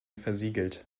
versiegelt